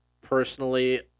Personally